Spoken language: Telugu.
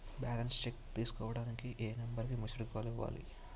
బాలన్స్ చెక్ చేసుకోవటానికి ఏ నంబర్ కి మిస్డ్ కాల్ ఇవ్వాలి?